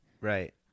Right